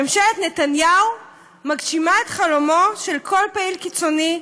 ממשלת נתניהו מגשימה את חלומו של כל פעיל קיצוני,